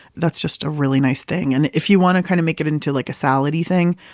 that's just a really nice thing. and if you want to kind of make it into like a salad-y thing,